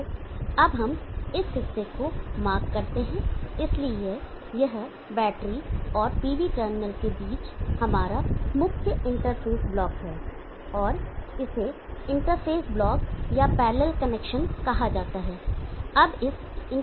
तो अब हम इस हिस्से को मार्क mark करते हैं इसलिए यह बैटरी और PV टर्मिनल के बीच हमारा मुख्य इंटरफ़ेस ब्लॉक है और इसे इंटरफ़ेस ब्लॉक या पैरलल कनेक्शन कहा जाता है